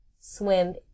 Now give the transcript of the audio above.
swim